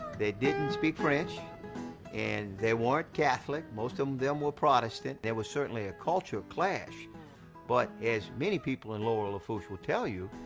they didn't speak french and they weren't catholic. most of them were protestant. there was certainly a culture clash but as many people in lower lafourche will tell you,